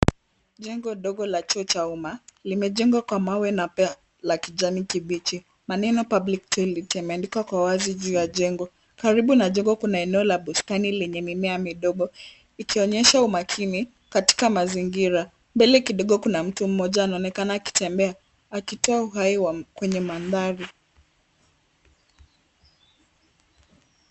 Jengo dogo la chuo cha umma limejengwa kwa mawe na paa la kijani kibichi. Maneno public toilet yameandikwa kwa wazi juu ya jengo. Karibu na jengo kuna eneo la bustani lenye mimea midogo likionyesha umakini katika mazingira. Mbele kidogo kuna mtu mmoja anaonekana akitembea akitoa uhai kwenye mandhari.